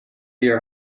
your